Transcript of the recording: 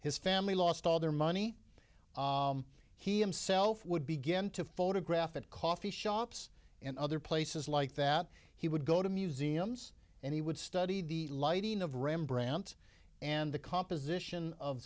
his family lost all their money he himself would begin to photograph at coffee shops and other places like that he would go to museums and he would study the lighting of rembrandt and the composition of